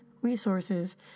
resources